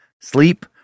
Sleep